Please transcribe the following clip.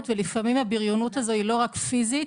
ולפעמים הבריונות הזו היא לא רק פיזית,